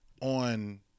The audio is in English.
on